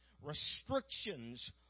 restrictions